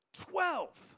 Twelve